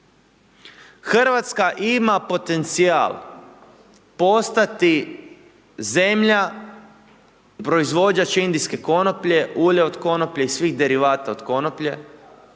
Hrvatska ima potencijal postati zemlja proizvođač indijske konoplje, ulje od konoplje i svih derivata od konoplje,